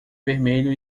vermelho